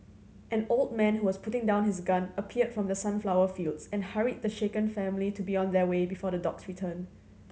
an old man who was putting down his gun appeared from the sunflower fields and hurried the shaken family to be on their way before the dogs return